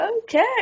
Okay